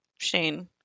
Shane